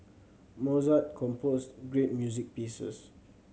Mozart composed great music pieces